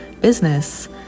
business